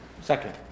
Second